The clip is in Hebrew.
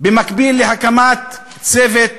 במקביל להקמת צוות